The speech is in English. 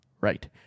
Right